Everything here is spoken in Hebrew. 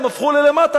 הם הפכו למטה,